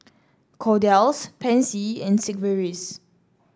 Kordel's Pansy and Sigvaris